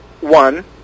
one